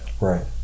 right